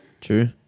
True